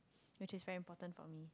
which is very important for me